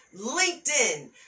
LinkedIn